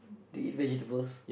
do you eat vegetables